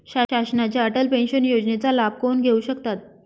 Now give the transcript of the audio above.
शासनाच्या अटल पेन्शन योजनेचा लाभ कोण घेऊ शकतात?